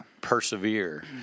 persevere